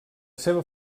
seva